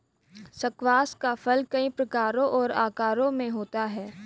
squash का फल कई प्रकारों और आकारों में होता है